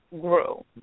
grew